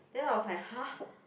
then I was like !huh!